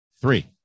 Three